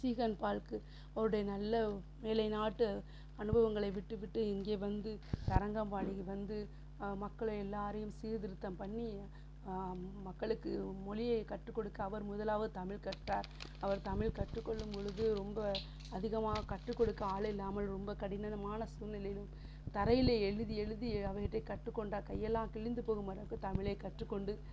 சீகன் பால்க்கு அவருடைய நல்ல மேலைநாட்டு அனுபவங்களை விட்டுவிட்டு இங்கே வந்து தரங்கம்பாடி வந்து மக்கள் எல்லோரையும் சீர்திருத்தம் பண்ணி மக்களுக்கு மொழியை கற்றுக்கொடுக்க அவர் முதலாவது தமிழ் கற்றார் அவர் தமிழ் கற்றுக்கொள்ளும்பொழுது ரொம்ப அதிகமாக கற்றுக்கொடுக்க ஆள் இல்லாமல் ரொம்ப கடினமான சூழ்நிலையிலும் தரையிலேயே எழுதி எழுதி அவரே கற்றுக்கொண்டார் கையெல்லாம் கிழிந்து போகும் அளவுக்கு தமிழை கற்றுக்கொண்டு